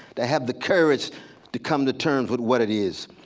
to have the courage to come to terms with what it is.